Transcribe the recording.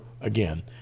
again